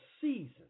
season